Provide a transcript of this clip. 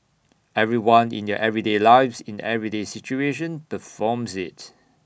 everyone in their everyday lives in everyday situation performs IT